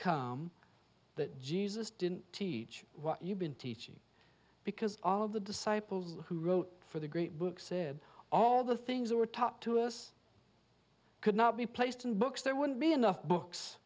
come that jesus didn't teach what you've been teaching because all of the disciples who wrote for the great book said all the things that were taught to us could not be placed in books there wouldn't be enough books